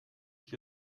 ich